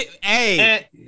Hey